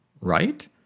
right